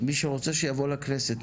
מי שרוצה, שיבוא לכנסת.